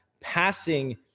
passing